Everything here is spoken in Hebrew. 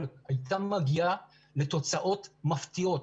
היא הייתה מגיעה לתוצאות מפתיעות.